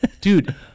dude